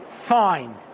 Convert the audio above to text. fine